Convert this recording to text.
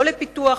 לא לפיתוח,